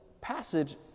passage